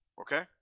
Okay